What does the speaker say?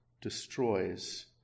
destroys